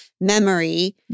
memory